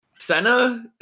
Senna